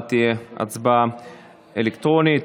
ההצבעה תהיה הצבעה אלקטרונית.